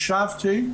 הקשבתי,